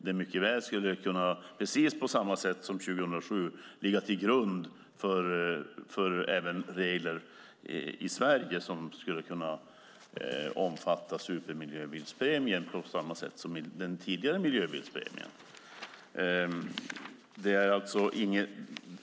Det skulle mycket väl kunna ligga till grund även för regler i Sverige som skulle kunna omfatta supermiljöbilspremien på samma sätt som i den tidigare miljöbilspremien från 2007.